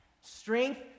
Strength